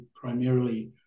primarily